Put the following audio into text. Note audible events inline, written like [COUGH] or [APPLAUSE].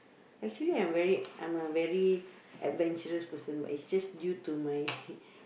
actually I'm very I'm a very adventurous person but it's just due to my [NOISE]